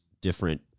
different